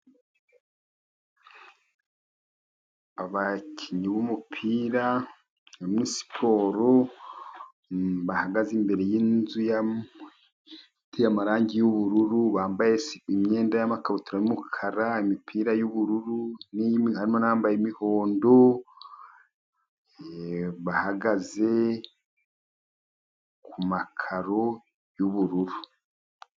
Abakinnyi b'umupira bari muri siporo. Bahagaze imbere yinzu iteye amarangi y'ubururu, bambaye imyenda y'amakabutura y'umukara, imipira y'ubururu harimo n'abambaye imihondo, bahagaze ku makaro y'ubururu.